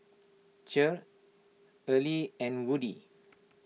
Cher Earley and Woodie